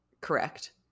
Correct